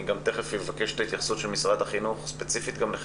אני תכף אבקש את ההתייחסות של משרד החינוך לחלק